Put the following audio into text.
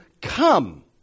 come